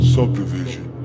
Subdivision